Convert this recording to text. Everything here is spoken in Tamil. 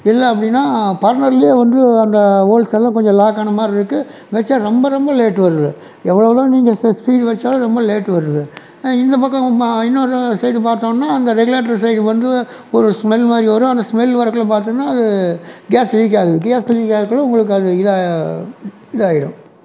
இல்லை அப்படின்னால் பர்னருலியும் வந்து அந்த ஓல்ஸ் எல்லாம் கொஞ்சம் லாக் ஆனமாதிரி இருக்குது ரொம்ப ரொம்ப லேட் வருது எவ்வளோ தான் நீங்கள் ஸ் ஸ்பீடு வச்சாலும் ரொம்ப லேட் வருது இந்த பக்கம் இன்னொரு சைடு பாத்தோம்னா அந்த ரெகுலேட்ரு சைடு வந்து ஒரு ஸ்மெல் மாதிரி வரும் அந்த ஸ்மெல் வரக்குள்ள பார்த்தோம்னா அது கேஸ் லீக்காகுது கேஸ் லீக்காகிறக்குள்ள உங்களுக்கு அது இதா இதாகிடும்